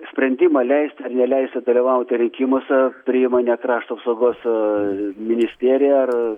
sprendimą leisti ar neleisti dalyvauti rinkimuose priima ne krašto apsaugos ministerija ar